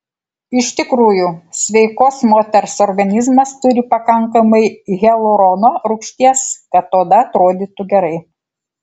iš tikrųjų sveikos moters organizmas turi pakankamai hialurono rūgšties kad oda atrodytų gerai